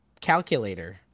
calculator